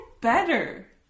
better